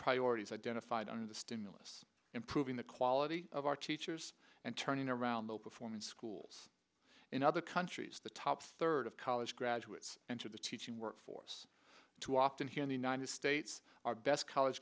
priorities identified under the stimulus improving the quality of our teachers and turning around the performance schools in other countries the top third of college graduates enter the teaching workforce too often here in the united states our best college